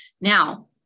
Now